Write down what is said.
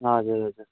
हजुर हजुर